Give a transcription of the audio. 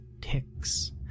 ticks